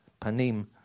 Panim